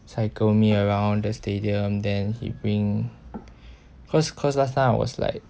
cycle me around the stadium then he bring cause cause last time I was like